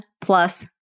plus